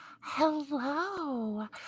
Hello